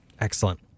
Excellent